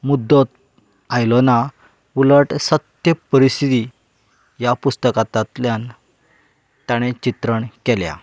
मुद्दो आयलो ना उलट सत्य परिस्थिती या पुस्तकांतातल्यान ताणें चित्रण केल्या